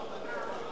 נתקבל.